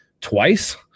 twice